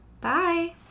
Bye